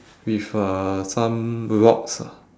with uh some rocks ah